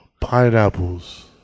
Pineapples